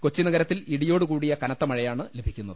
കൊച്ചി നഗരത്തിൽ ഇടുയോടുകൂടിയ കനത്തമഴയാണ് ലഭിക്കുന്നത്